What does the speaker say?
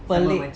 pelik